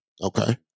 Okay